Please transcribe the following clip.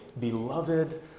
beloved